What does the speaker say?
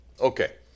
Okay